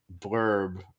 blurb